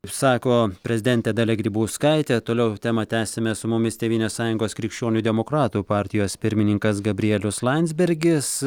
sako prezidentė dalia grybauskaitė toliau temą tęsime su mumis tėvynės sąjungos krikščionių demokratų partijos pirmininkas gabrielius landsbergis